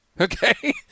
okay